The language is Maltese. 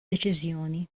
deċiżjoni